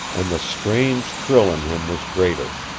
and the strange thrill in him was greater.